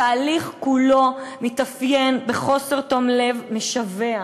התהליך כולו מתאפיין בחוסר תום-לב משווע.